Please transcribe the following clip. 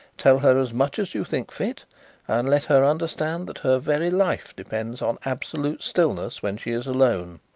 tell her as much as you think fit and let her understand that her very life depends on absolute stillness when she is alone.